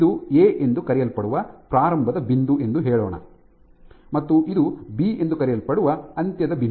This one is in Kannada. ಇದು ಎ ಎಂದು ಕರೆಯಲ್ಪಡುವ ಪ್ರಾರಂಭದ ಬಿಂದು ಎಂದು ಹೇಳೋಣ ಮತ್ತು ಇದು ಬಿ ಎಂದು ಕರೆಯಲ್ಪಡುವ ಅಂತ್ಯದ ಬಿಂದು